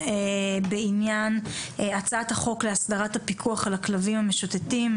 בעניין הצעת החוק להסדרת הפיקוח על הכלבים המשוטטים,